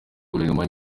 guverinoma